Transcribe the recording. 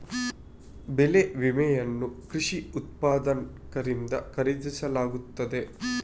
ಬೆಳೆ ವಿಮೆಯನ್ನು ಕೃಷಿ ಉತ್ಪಾದಕರಿಂದ ಖರೀದಿಸಲಾಗುತ್ತದೆ